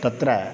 तत्र